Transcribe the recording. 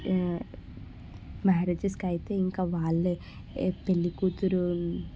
మ్యారేజస్కి అయితే ఇంకా వాళ్ళే పెళ్ళి కూతురు